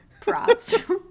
props